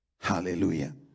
Hallelujah